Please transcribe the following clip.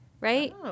right